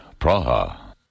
Praha